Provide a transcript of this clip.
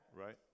Right